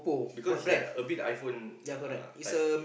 because it's like a bit iPhone uh type